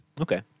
Okay